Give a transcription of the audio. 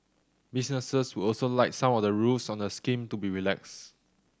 businesses would also like some of the rules on the scheme to be relaxed